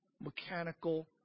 mechanical